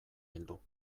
heldu